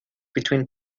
between